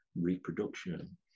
reproduction